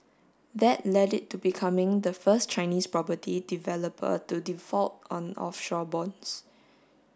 that leaded to becoming the first Chinese property developer to default on offshore bonds